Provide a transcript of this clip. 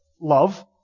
love